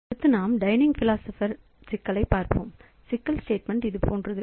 அடுத்து நாம் dining philosopher சிக்கலைப் பார்ப்போம் சிக்கல் ஸ்டேட்மெண்ட் இது போன்றது